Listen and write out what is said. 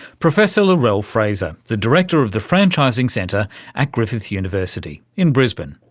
professor lorelle frazer, the director of the franchising centre at griffith university in brisbane.